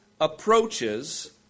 approaches